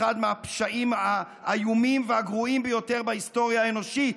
אחד מהפשעים האיומים והגרועים ביותר בהיסטוריה האנושית,